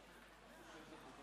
הכנסת,